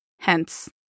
Hence